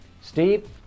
Steve